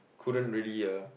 couldn't really uh